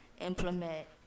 implement